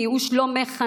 מייאוש לא מחנכים.